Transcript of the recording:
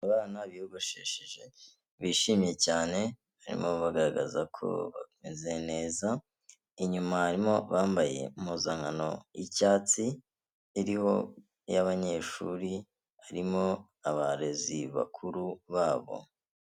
Abana biyogoshesheje bishimye cyane harimo ababa bagaragaza ko bameze neza inyuma harimo abambaye impuzankano y'icyatsi iriho iy'abanyeshuri harimo abarezi bakuru babo.